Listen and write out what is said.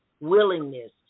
willingness